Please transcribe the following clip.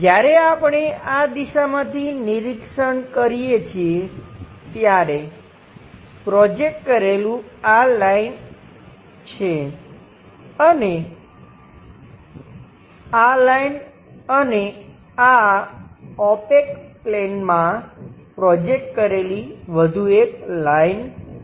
જ્યારે આપણે આ દિશામાંથી નિરીક્ષણ કરીએ છીએ ત્યારે પ્રોજેકટ કરેલું આ લાઈન છે અને આ લાઈન અને આ ઓપેક પ્લેનમાં પ્રોજેકટ કરેલી વધુ એક લાઈન છે